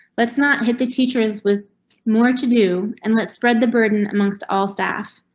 let's not hit the teachers with more to do, and let's spread the burden amongst all staff.